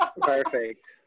Perfect